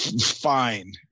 fine